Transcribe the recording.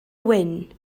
wyn